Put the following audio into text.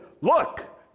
look